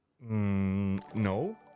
No